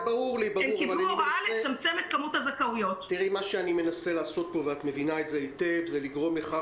מה שאני מנסה לעשות פה זה לגרום לכך